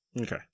Okay